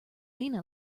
lena